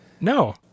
No